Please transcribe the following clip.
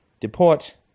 deport